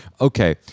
Okay